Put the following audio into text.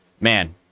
man